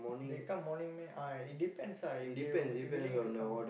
they come morning meh ah it depends ah if they w~ willing to come b~